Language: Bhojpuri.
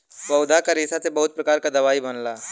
पौधा क रेशा से बहुत प्रकार क दवाई बनला